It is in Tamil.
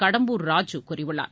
கடம்பூர் ராஜு கூறியுள்ளார்